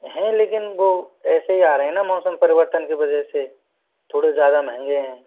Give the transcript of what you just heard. है लेकिन वो ऐसे ही आ रहे ना मौसम परिवर्तन कि वजह से थोड़े ज़्यादा महँगे हैं